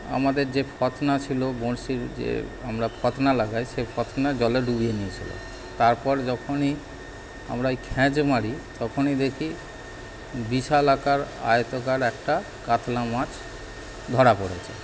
আমাদের যে ফতনা ছিলো বঁড়শির যে আমরা ফতনা লাগাই সেই ফতনা জলে ডুবিয়ে নিয়েছিলো তারপর যখনই আমরা ঐ খ্যাজ মারি তখনই দেখি বিশাল আকার আয়তকার একটা কাতলা মাছ ধরা পড়েছে